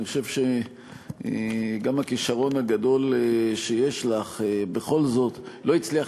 אני חושב שגם הכישרון הגדול שיש לך בכל זאת לא הצליח